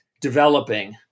developing